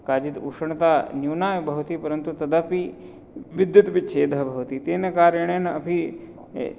काचिद् उष्णता न्यूना भवति परन्तु तदापि विद्युत् विच्छेदः भवति तेन कारणेन अपि